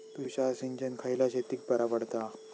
तुषार सिंचन खयल्या शेतीक बरा पडता?